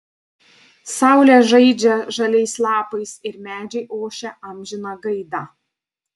saulė žaidžia žaliais lapais ir medžiai ošia amžiną gaidą